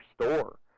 store